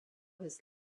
his